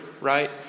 right